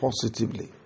positively